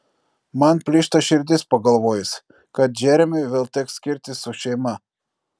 man plyšta širdis pagalvojus kad džeremiui vėl teks skirtis su šeima